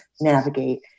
navigate